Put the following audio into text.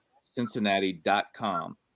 Cincinnati.com